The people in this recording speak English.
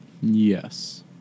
Yes